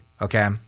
Okay